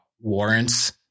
warrants